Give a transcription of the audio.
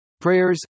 prayers